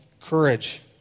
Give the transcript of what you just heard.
courage